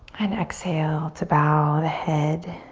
and exhale to bow the head.